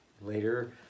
later